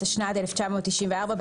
התשנ"ד 1994‏,